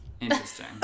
Interesting